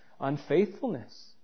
unfaithfulness